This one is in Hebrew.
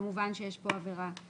כמובן יש פה עבירה.